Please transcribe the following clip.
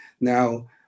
now